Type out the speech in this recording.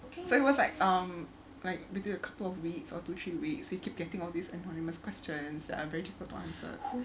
so he was like um like between a couple of weeks or two three weeks he kept taking all these anonymous questions that are very different answer